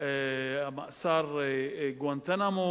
המאסר בגואנטנמו,